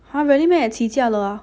!huh! really meh 也起价了